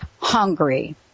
Hungry